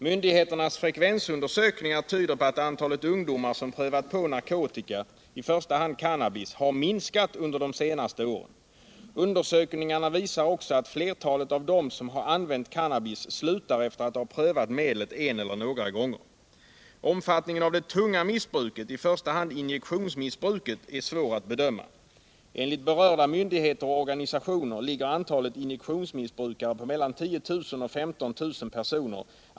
Myndigheternas frekvensundersökningar tyder på att antalet ungdomar som prövat narkotika — i första hand cannabis — har minskat under de senaste åren. Undersökningarna visar också att flertalet av dem som har använt cannabis slutar efter att ha prövat medlet en eller några gånger. Omfattningen av det tunga missbruket — i första hand injektionsmissbruket — är svår att bedöma. Enligt berörda myndigheter och organisationer ligger antalet injektionsmissbrukare på mellan 10 000 och 15 000 personer.